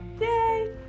yay